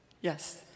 Yes